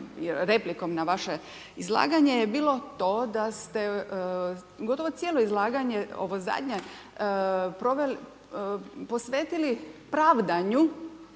replikom na vaše izlaganje je bilo to da ste gotovo cijelo izlaganje, ovo zadnje, proveli, posvetili pravdanju